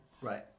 Right